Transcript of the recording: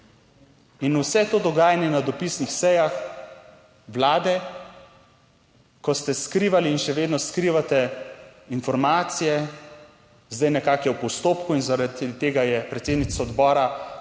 In vse to dogajanje na dopisnih sejah Vlade, ko ste skrivali in še vedno skrivate informacije, zdaj nekako je v postopku in zaradi tega je predsednica odbora zadnjič